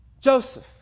Joseph